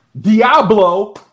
Diablo